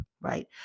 Right